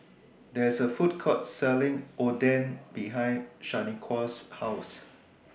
There's A Food Court Selling Oden behind Shaniqua's House